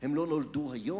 הם לא נולדו היום.